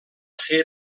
ser